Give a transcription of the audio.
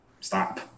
stop